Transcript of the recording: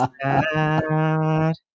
sad